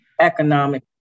economic